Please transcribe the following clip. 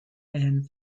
and